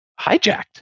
hijacked